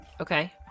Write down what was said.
Okay